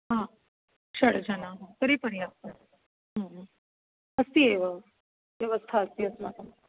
हा षड् जनाः तर्हि पर्याप्तं अस्ति एव व्यवस्था अस्ति अस्माकं